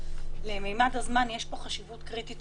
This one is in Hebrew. לממד הזמן יש פה חשיבות קריטית.